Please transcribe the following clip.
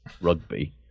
rugby